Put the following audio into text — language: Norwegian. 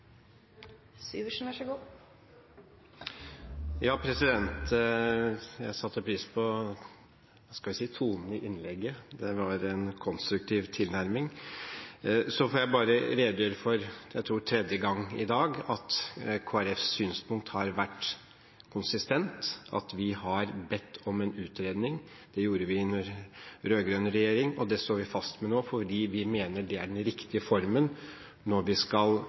Jeg satte pris på tonen i innlegget. Det var en konstruktiv tilnærming. Så får jeg bare – jeg tror for tredje gang i dag – redegjøre for at Kristelig Folkepartis synspunkt har vært konsistent. Vi har bedt om en utredning. Det gjorde vi under den rød-grønne regjeringen, og det står vi fast ved nå fordi vi mener det er den riktige formen, når vi skal